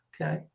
Okay